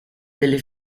delle